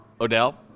Odell